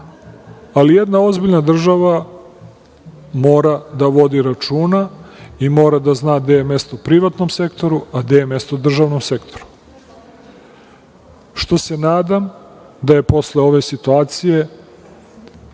ali jedna ozbiljna država mora da vodi računa i mora da zna gde je mesto privatnom sektoru, a gde je mesto državnom sektoru. Što se nadam da je posle ove situacije,